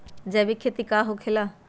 जैविक खेती का होखे ला?